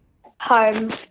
Home